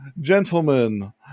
Gentlemen